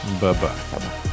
Bye-bye